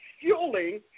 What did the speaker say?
fueling